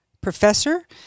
professor